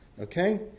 okay